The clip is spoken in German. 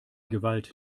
gewalt